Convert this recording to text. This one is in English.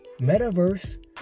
Metaverse